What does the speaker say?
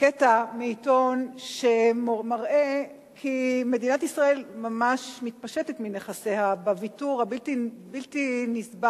קטע מעיתון שמראה כי מדינת ישראל ממש מתפשטת מנכסיה בוויתור הבלתי-נסבל